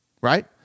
right